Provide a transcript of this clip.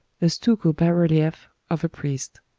a stucco bass-relief of a priest.